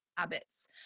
habits